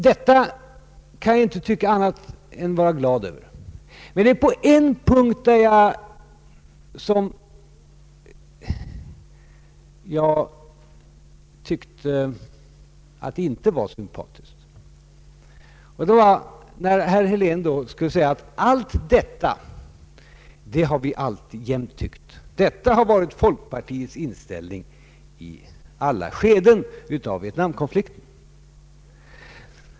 Detta kan jag inte vara annat än glad över, men på en punkt tyckte jag att hans anförande inte var sympatiskt, nämligen när herr Helén ville säga att man inom folkpartiet alltid har tyckt på det sättet och att detta har varit folkpartiets inställning i alla skeden av Vietnamkonflikten.